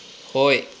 ꯍꯣꯏ